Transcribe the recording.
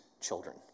children